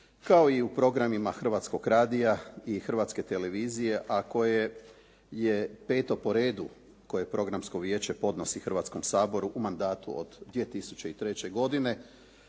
kao i o programima Hrvatskog radija i Hrvatske televizije, a koje je peto po redu Programsko vijeće podnosi Hrvatskom saboru u mandatu od 2003. godine.